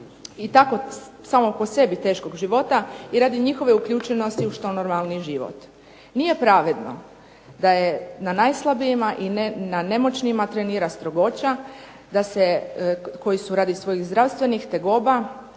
i tako samo po sebi teškog života i radi njihove uključenosti u što normalniji život. Nije pravedno da je na najslabijima i na nemoćnima trenira strogoća, da se koji su radi svojih zdravstvenih tegoba